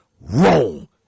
wrong